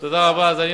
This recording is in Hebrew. כן.